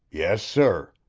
yes, sir.